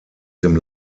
dem